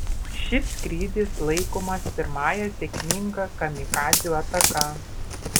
šis skrydis laikomas pirmąja sėkminga kamikadzių ataka